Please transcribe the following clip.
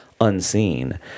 unseen